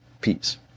Peace